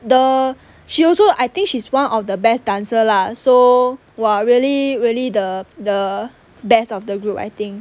the she also I think she's one of the best dancer lah so !wah! really really the the best of the group I think